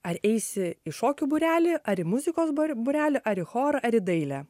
ar eisi į šokių būrelį ar į muzikos bar būrelį ar į chorą ar į dailę